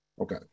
okay